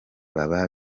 baba